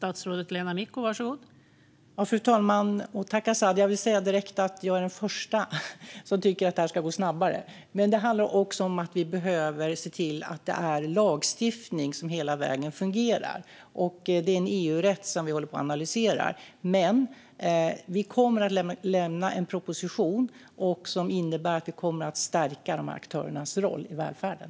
Fru talman! Jag är den första att tycka att det här ska gå snabbare. Men vi behöver se till att det är lagstiftning som fungerar hela vägen, och det är EU-rätt som vi håller på och analyserar. Men vi kommer att lämna en proposition som innebär att vi kommer att stärka de här aktörernas roll i välfärden.